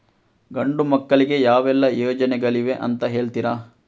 ಗಂಡು ಮಕ್ಕಳಿಗೆ ಯಾವೆಲ್ಲಾ ಯೋಜನೆಗಳಿವೆ ಅಂತ ಹೇಳ್ತೀರಾ?